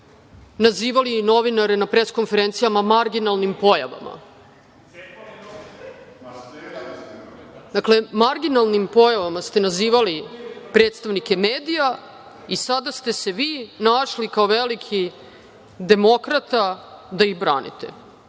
nazivali novinare na pres-konferencijama marginalnim pojavama. Marginalnim pojavama ste nazivali predstavnike medija i sada ste se vi našli kao veliki demokrata da ih branite.